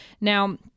Now